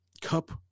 cup